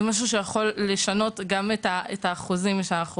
אז זה יוכל לשנות גם את האחוזים שאנחנו